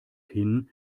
hin